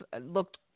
looked